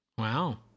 Wow